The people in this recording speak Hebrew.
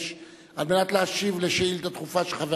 על מנת להשיב על שאילתא דחופה של חבר